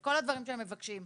כל הדברים שהם מבקשים.